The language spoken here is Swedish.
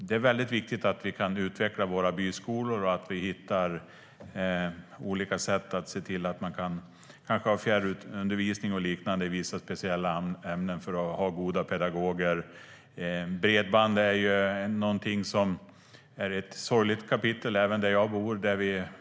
Det är viktigt att vi kan utveckla våra byskolor och hittar olika sätt att se till att man kan ha fjärrundervisning och liknande i vissa speciella ämnen för att ha goda pedagoger. Bredband är något som är ett sorgligt kapitel även där jag bor.